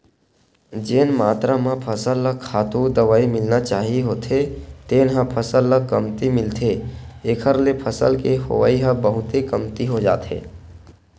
जेन मातरा म फसल ल खातू, दवई मिलना चाही होथे तेन ह फसल ल कमती मिलथे एखर ले फसल के होवई ह बहुते कमती हो जाथे